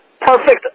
perfect